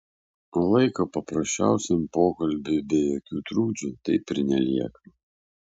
o laiko paprasčiausiam pokalbiui be jokių trukdžių taip ir nelieka